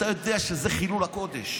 אתה יודע שזה חילול הקודש.